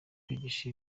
kwigisha